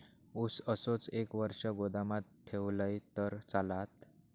ऊस असोच एक वर्ष गोदामात ठेवलंय तर चालात?